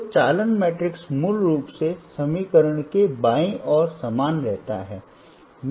तो चालन मैट्रिक्स मूल रूप से समीकरण के बाईं ओर समान रहता है